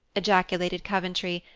ejaculated coventry,